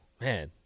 Man